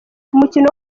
umukino